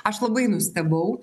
aš labai nustebau